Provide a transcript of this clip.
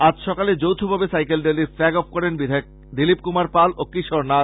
আজ সকালে যৌথ ভাবে সাইকেল র্যালীর ফ্লেগ ওফ করেন বিধায়ক দিলীপ কুমার পাল ও কিশোর নাথ